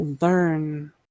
learn